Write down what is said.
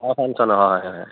অঁ ফাংচন হয় হয় হয়